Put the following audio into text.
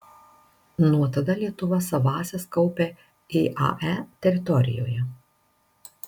nuo tada lietuva savąsias kaupia iae teritorijoje